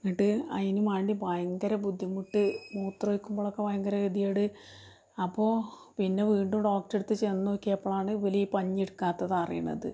എന്നിട്ട് അതിനും വേണ്ടി ഭയങ്കര ബുദ്ധിമുട്ട് മൂത്രമൊഴിക്കുമ്പോഴൊക്കെ ഭയങ്കര ഗതികേട് അപ്പോൾ പിന്നെ വീണ്ടും ഡോക്ടറുടെ അടുത്ത് ചെന്ന് നോക്കിയപ്പോഴാണ് ഇവലീ പഞ്ഞി എടുക്കാത്തത് അറിയുന്നത്